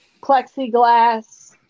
plexiglass